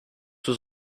was